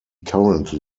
currently